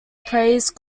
praise